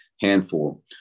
handful